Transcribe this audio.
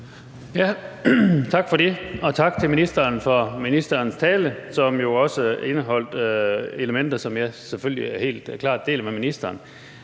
Tak for det. Tak til ministeren for ministerens tale, som jo også indeholdt elementer, som jeg selvfølgelig helt klart deler med ministeren.